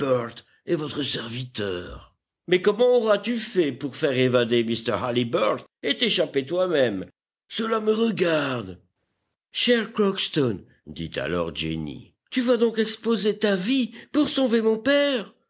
et votre serviteur mais comment auras-tu fait pour faire évader mr halliburtt et t'échapper toi-même cela me regarde cher crockston dit alors jenny tu vas donc exposer ta vie pour sauver mon père